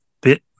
bit